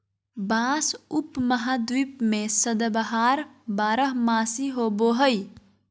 बाँस उपमहाद्वीप में सदाबहार बारहमासी होबो हइ